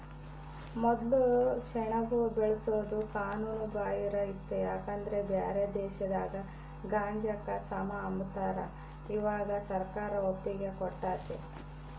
ಮೊದ್ಲು ಸೆಣಬು ಬೆಳ್ಸೋದು ಕಾನೂನು ಬಾಹಿರ ಇತ್ತು ಯಾಕಂದ್ರ ಬ್ಯಾರೆ ದೇಶದಾಗ ಗಾಂಜಾಕ ಸಮ ಅಂಬತಾರ, ಇವಾಗ ಸರ್ಕಾರ ಒಪ್ಪಿಗೆ ಕೊಟ್ಟತೆ